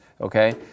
Okay